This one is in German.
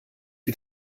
wie